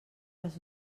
les